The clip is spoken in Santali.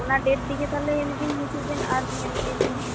ᱚᱱᱟ ᱰᱮᱴ ᱛᱮᱜᱮ ᱛᱟᱦᱚᱞᱮ ᱢᱤᱫ ᱫᱤᱱ ᱦᱤᱡᱩᱜ ᱵᱤᱱ ᱟᱨ ᱧᱮᱞ ᱤᱫᱤᱭ ᱵᱤᱱ